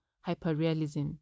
hyper-realism